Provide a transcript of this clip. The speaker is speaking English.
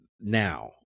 now